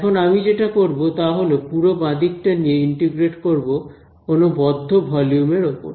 এখন আমি যেটা করব তা হল পুরো বাঁ দিকটা নিয়ে ইন্টিগ্রেট করব কোন বদ্ধ ভলিউম এর ওপর